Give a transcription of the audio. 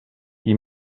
qui